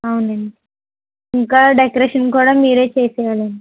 అవునండి ఇంకా డెకరేషన్ కూడా మీరే చేసేయాలి అండి